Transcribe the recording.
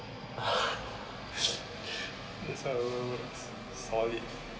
solid